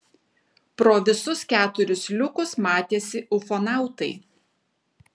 pro visus keturis liukus matėsi ufonautai